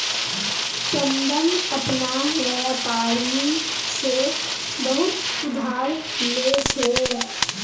चंदन अपना व्यापारी से बहुत उधार ले छे